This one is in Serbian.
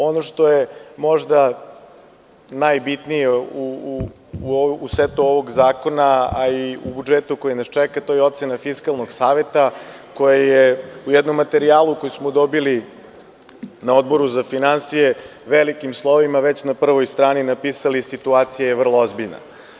Ono što je možda najbitnije u setu ovog zakona, a i u budžetu koji nas čeka to je ocena Fiskalnog saveta koja je u jednom materijalu koji smo dobili na Odboru za finansije velikim slovima, već na prvoj strani napisali - situacija je vrlo ozbiljna.